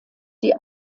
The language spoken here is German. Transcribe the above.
die